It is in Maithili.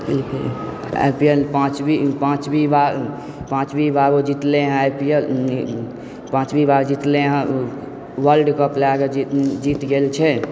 आई पी एल पाञ्चवीं पाञ्चवीं बार पाञ्चवीं बार ओ जीतलै आई पी एल पाञ्चवीं बार जीतलै हँ वर्ल्ड कप लए कऽ जीत गेल छै